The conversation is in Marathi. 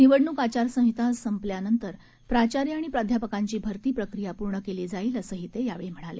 निवडणूक आचारसंहिता संपल्यानंतर प्राचार्य आणि प्राध्यापकांची भरती प्रक्रिया पूर्ण केली जाईल असंही ते यावेळी म्हणाले